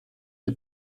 die